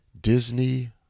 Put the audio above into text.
Disney